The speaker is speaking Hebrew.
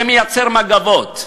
שמייצר מגבות,